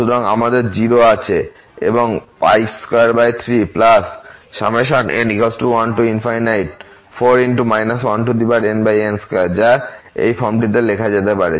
সুতরাং আমাদের 0 আছে এবং 23n 14 1nn2 যা এই ফর্মটিতে লেখা যেতে পারে